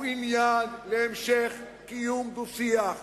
הוא עניין להמשך קיום דו-שיח